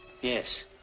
Yes